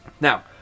now